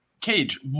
Cage